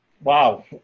Wow